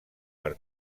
per